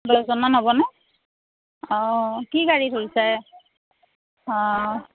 দহজন মান হ'বনে অঁ কি গাড়ী ধৰিছা অঁ